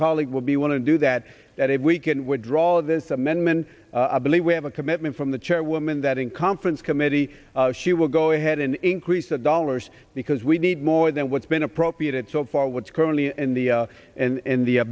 colleague will be want to do that that if we can withdraw this amendment i believe we have a commitment from the chairwoman that in conference committee she will go ahead and increase the dollars because we need more than what's been appropriated so far what's currently in the in the